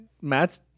Matt